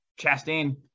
Chastain